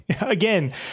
again